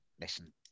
Listen